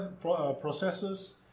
processes